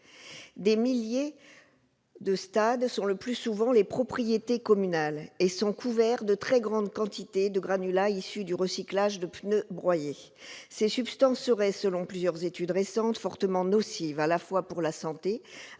Des milliers de stades, qui appartiennent le plus souvent aux communes, sont couverts d'une très grande quantité de granulats issus du recyclage de pneus broyés. Ces substances seraient, selon plusieurs études récentes, fortement nocives à la fois pour la santé,